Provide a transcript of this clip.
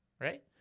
right